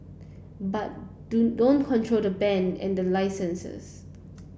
but do don't control the band and the licenses